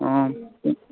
অঁ